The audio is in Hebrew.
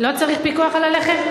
לא צריך פיקוח בכלל על הלחם.